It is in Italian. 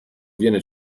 viene